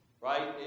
right